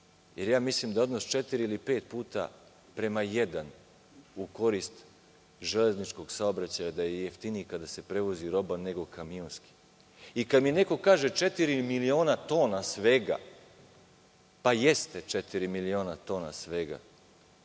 Ja mislim da je odnos četiri ili pet puta prema jedan u korist železničkog saobraćaja, da je jeftiniji kada se prevozi roba nego kamionski? Kada mi neko kaže - četiri miliona tona svega; pa jeste, četiri miliona tona svega